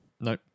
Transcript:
No